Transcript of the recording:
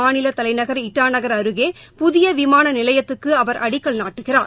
மாநிலதலைநகர் ஈட்டாநகர் அருகே புதியவிமானநிலையத்துக்குஅவர் அடிக்கல் நாட்டுகிறார்